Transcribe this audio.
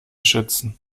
schätzen